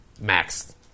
max